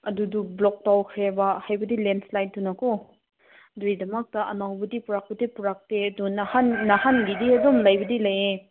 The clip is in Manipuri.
ꯑꯗꯨꯗꯨ ꯕ꯭ꯂꯣꯛ ꯇꯧꯈ꯭ꯔꯦꯕ ꯍꯥꯏꯕꯗꯤ ꯂꯦꯟ ꯏꯁꯂꯥꯏꯗꯇꯨꯅꯀꯣ ꯑꯗꯨꯒꯤꯗꯃꯛꯇ ꯑꯅꯧꯕꯗꯤ ꯄꯨꯔꯛꯄꯗꯤ ꯄꯨꯔꯛꯇꯦ ꯑꯗꯨ ꯅꯍꯥꯟ ꯅꯍꯥꯟꯒꯤꯗꯤ ꯑꯗꯨꯝ ꯂꯩꯕꯨꯗꯤ ꯂꯩꯌꯦ